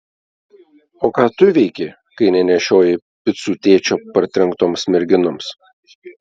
o ką tu veiki kai nenešioji picų tėčio partrenktoms merginoms